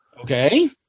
Okay